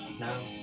No